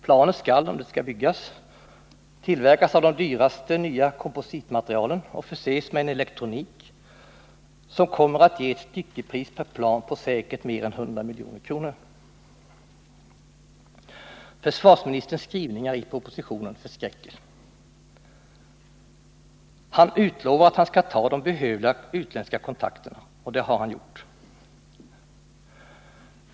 Planet skall, om det byggs, tillverkas av de dyraste nya kompositmaterialen och förses med en elektronik som kommer att ge ett styckepris per plan på säkert mer än 100 milj.kr. Försvarsministerns skrivningar i propositionen förskräcker. Han utlovar att han skall ta de behövliga utländska kontakterna. Och det har han gjort.